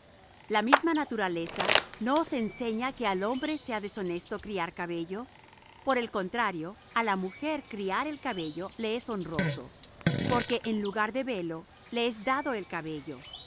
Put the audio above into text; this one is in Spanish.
la misma naturaleza no os enseña que al hombre sea deshonesto criar cabello por el contrario á la mujer criar el cabello le es honroso porque en lugar de velo le es dado el cabello